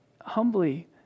humbly